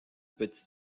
petite